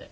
it